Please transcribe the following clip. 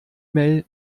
mail